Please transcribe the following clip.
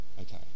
okay